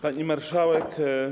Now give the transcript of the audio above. Pani Marszałek!